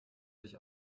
sich